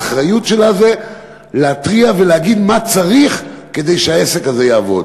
האחריות שלה זה להתריע ולהגיד מה צריך כדי שהעסק הזה יעבוד.